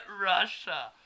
Russia